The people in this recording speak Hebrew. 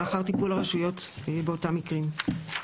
ואחר טיפול הרשויות באותם מקרים.